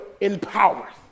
empowers